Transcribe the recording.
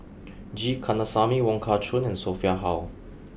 G Kandasamy Wong Kah Chun and Sophia Hull